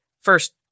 first